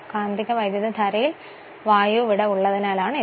കാന്തിക വൈദ്യുതിധാരയിൽ വായു വിടവുള്ളതിനാലാണ് ഇത്